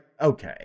okay